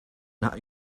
not